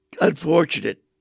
unfortunate